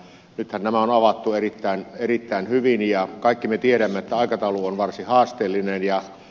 nythän nämä on avattu erittäin hyvin ja kaikki me tiedämme että aikataulu on varsin haasteellinen